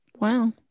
Wow